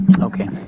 Okay